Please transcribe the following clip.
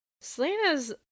Selena's